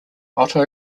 otto